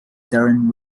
darren